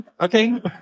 okay